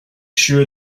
sure